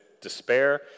despair